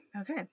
okay